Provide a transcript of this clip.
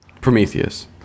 Prometheus